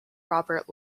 robert